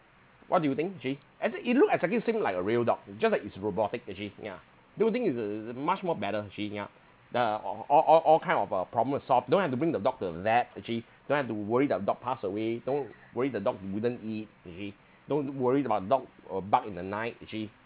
what do you think actually as if it look exactly same like a real dog just that it's robotic actually yeah don't you think it's a is a much more better actually yup the all all all kind of a problem was solved don't have to bring the dog to the vet actually don't have to worry their dog pass away don't worry the dog wouldn't eat actually don't worry about the dog uh bark in the night actually